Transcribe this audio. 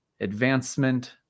advancement